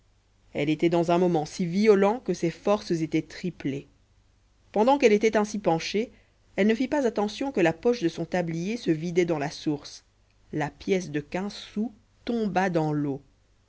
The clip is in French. elle était dans un moment si violent que ses forces étaient triplées pendant qu'elle était ainsi penchée elle ne fît pas attention que la poche de son tablier se vidait dans la source la pièce de quinze sous tomba dans l'eau